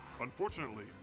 Unfortunately